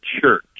church